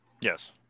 Yes